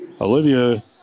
Olivia